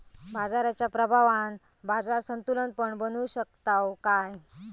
बाजाराच्या प्रभावान बाजार संतुलन पण बनवू शकताव काय?